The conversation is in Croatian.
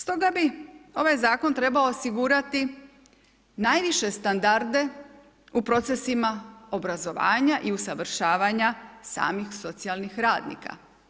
Stoga bi ovaj zakon trebao osigurati najviše standarde u procesima obrazovanja i usavršavanja samih socijalnih radnika.